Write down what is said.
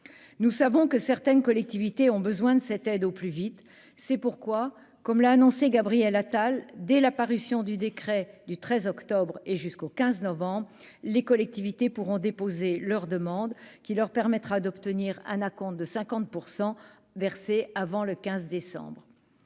nous savons que certaines collectivités ont besoin de cette aide au plus vite, c'est pourquoi, comme l'a annoncé : Gabriel Attal dès la parution du décret du 13 octobre et jusqu'au 15 novembre les collectivités pourront déposer leurs demandes qui leur permettra d'obtenir un acompte de 50 pour versé avant le 15 décembre